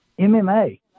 MMA